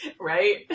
Right